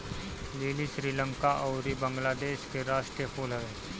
लीली श्रीलंका अउरी बंगलादेश के राष्ट्रीय फूल हवे